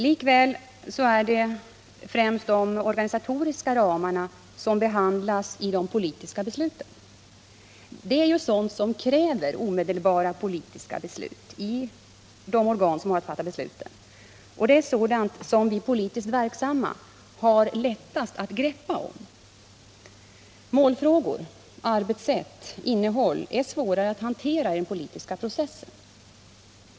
Likväl är det främst de organisatoriska ramarna som behandlas i de politiska besluten. Det är sådant som kräver omedelbara politiska beslut i de olika organen, och det är sådant som vi som är politiskt verksamma har lättast att greppa om. Målfrågor, arbetssätt och innehåll är mycket svårare att hantera i den politiska processen.